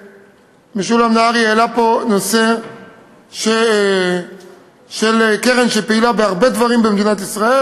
משולם נהרי העלה פה נושא של קרן שפעילה בהרבה דברים במדינת ישראל,